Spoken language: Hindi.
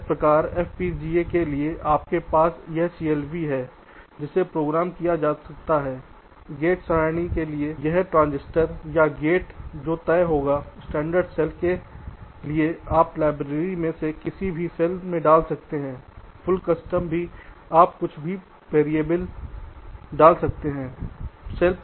सेल प्रकार FPGA के लिए आपके पास यह सीएलबी है जिसे प्रोग्राम किया जा सकता है गेट सरणी के लिए यह ट्रांजिस्टर या गेट है जो तय हो गया है स्टैंडर्ड सेल के लिए आप लाइब्रेरी से किसी भी सेल में डाल सकते हैं पूर्ण कस्टम भी आप कुछ भी वेरिएबल डाल सकते हैं